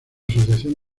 asociación